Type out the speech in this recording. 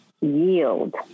yield